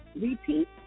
Repeat